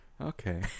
Okay